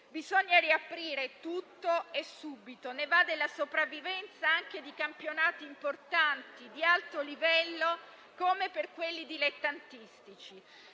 Bisogna riaprire tutto e subito; ne va della sopravvivenza di campionati importanti di alto livello, così come di quelli dilettantistici.